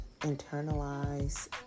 internalize